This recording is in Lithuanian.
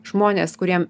žmonės kuriem